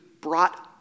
brought